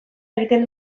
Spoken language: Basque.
egiten